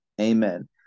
Amen